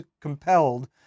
compelled